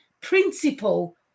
principle